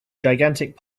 gigantic